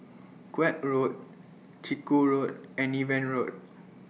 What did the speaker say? Koek Road Chiku Road and Niven Road